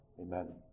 amen